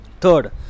Third